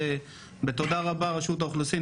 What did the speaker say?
בתודה רבה לרשות האוכלוסין,